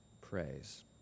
praise